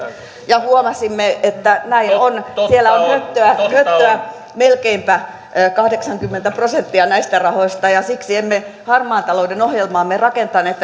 ja huomasimme että näin on siellä on höttöä melkeinpä kahdeksankymmentä prosenttia näistä rahoista ja siksi emme harmaan talouden ohjelmaamme rakentaneet